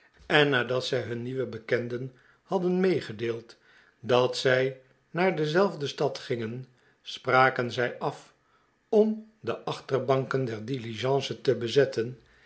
en nadat zij hun nieuwen beken de hadden medegedeeld dat zij naar dezelfde stad gingen spraken zij af om de achterbanken der diligence te bezetten